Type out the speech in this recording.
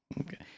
Okay